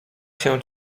się